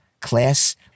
class